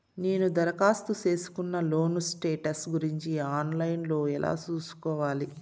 నేను దరఖాస్తు సేసుకున్న లోను స్టేటస్ గురించి ఆన్ లైను లో ఎలా సూసుకోవాలి?